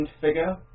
figure